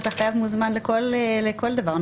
החייב מוזמן לכל דבר.